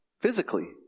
physically